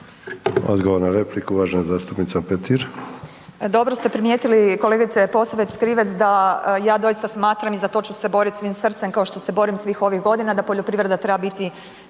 **Petir, Marijana (Nezavisni)** Dobro ste primijetili kolegice Posavec Krivec da ja doista smatram i za to ću se boriti svim srcem kao što se borim svih ovih godina da poljoprivreda treba biti